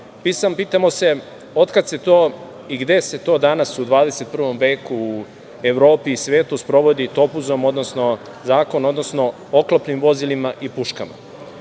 Pitamo se otkada se to i gde se to danas u 21. veku u Evropi i svetu sprovodi topuzom zakon, odnosno oklopnim vozilima i puškama?